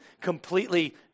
completely